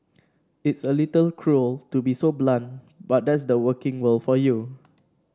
it's a little cruel to be so blunt but that's the working world for you